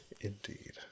Indeed